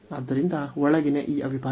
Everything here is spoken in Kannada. ಆದ್ದರಿಂದ ಒಳಗಿನ ಈ ಅವಿಭಾಜ್ಯ